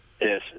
Yes